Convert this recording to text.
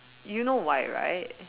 you know why right